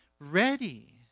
ready